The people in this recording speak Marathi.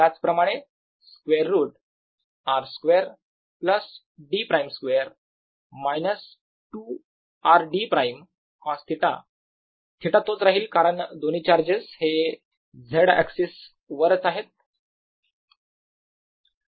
त्याचप्रमाणे square root r2 d′2 2rd ′cosθ θ तोच राहील कारण दोन्ही चार्जेस हे Z एक्सिस वरच आहेत